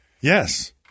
Yes